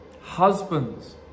husbands